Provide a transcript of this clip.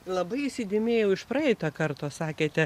labai įsidėmėjau iš praeito karto sakėte